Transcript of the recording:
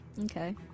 Okay